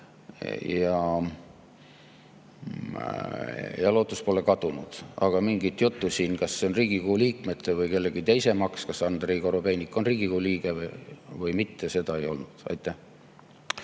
Lootus pole kadunud. Aga mingit juttu, kas see on Riigikogu liikmete või kellegi teise maks, kas Andrei Korobeinik on Riigikogu liige või mitte, seda ei olnud. Aitäh!